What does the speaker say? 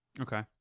Okay